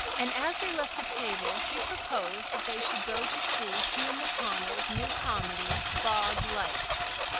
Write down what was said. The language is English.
and as they left the table he proposed that they should go to see hugh macconnell's new comedy, bog lights.